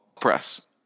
Press